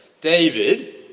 David